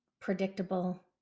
predictable